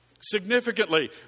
Significantly